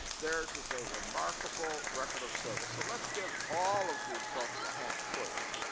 theirs is a remarkable record of service. so let's give all of these folks a hand, please.